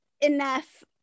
enough